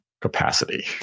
capacity